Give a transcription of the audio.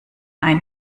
ein